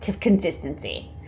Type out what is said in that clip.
consistency